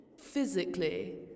Physically